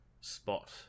spot